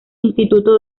instituto